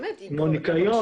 רעש וניקיון.